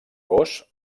gos